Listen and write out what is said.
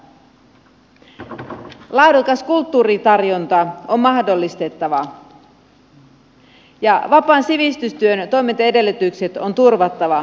laadukas kulttuuritarjonta on mahdollistettava ja vapaan sivistystyön toimintaedellytykset on turvattava